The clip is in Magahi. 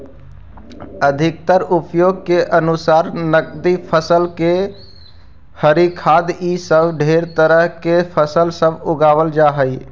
अधिकतर उपयोग के अनुसार नकदी फसल सब हरियर खाद्य इ सब ढेर तरह के फसल सब उगाबल जा हई